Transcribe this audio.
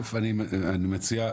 אני מציע,